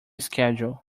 schedule